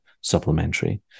supplementary